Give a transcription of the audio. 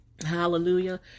Hallelujah